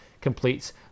completes